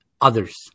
others